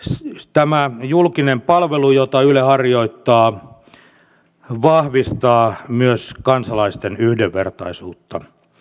tämä julkinen palvelu jota yle harjoittaa vahvistaa myös kansalaisten yhdenvertaisuutta